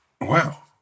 Wow